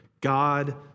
God